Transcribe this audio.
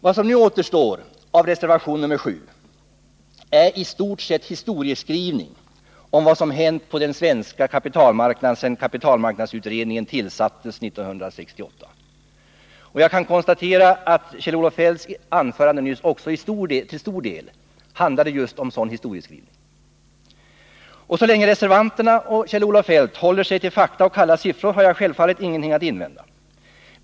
Vad som nu återstår i reservation nr 7 är i stort sett en historieskrivning av vad som hänt på den svenska kapitalmarknaden sedan kapitalmarknadsutredningen tillsattes år 1968. Jag kan konstatera att Kjell-Olof Feldts anförande nyss också till stor del handlade just om en sådan historieskrivning. Så länge Kjell-Olof Feldt håller sig till fakta och kalla siffror har jag självfallet ingenting att invända.